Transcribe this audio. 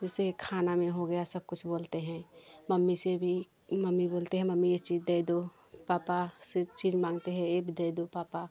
जैसे खाना में हो गया सब कुछ बोलते हैं मम्मी से भी मम्मी बोलते हैं मम्मी ये चीज दो पापा से चीज मांगते है एक दे दो पापा